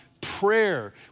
prayer